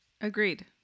Agreed